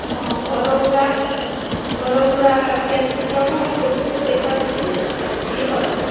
ହଁ ଘର ଘୁରା ଘର ଘୁରା କେମିତି କ'ଣ ସବୁ ଦେଖାଦୁଖି ଟିକେ କରବ